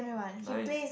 nice